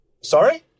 Sorry